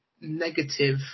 negative